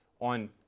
on